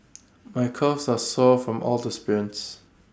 my calves are sore from all the sprints